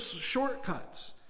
shortcuts